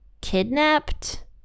kidnapped